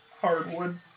hardwood